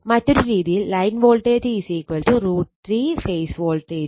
മറ്റൊരു രീതിയിൽ line voltage √ 3 phase voltage